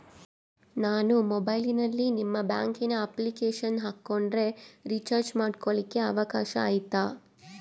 ನಾನು ಮೊಬೈಲಿನಲ್ಲಿ ನಿಮ್ಮ ಬ್ಯಾಂಕಿನ ಅಪ್ಲಿಕೇಶನ್ ಹಾಕೊಂಡ್ರೆ ರೇಚಾರ್ಜ್ ಮಾಡ್ಕೊಳಿಕ್ಕೇ ಅವಕಾಶ ಐತಾ?